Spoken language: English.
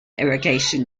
irrigation